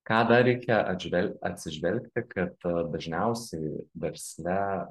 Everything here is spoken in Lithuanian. ką dar reikia atžvel atsižvelgti kad dažniausiai versle